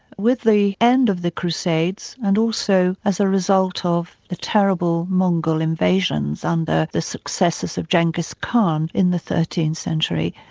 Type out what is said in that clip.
with the end of the crusades, and also as a result of the terrible mongol invasions under the the successors of genghis khan in the thirteenth century,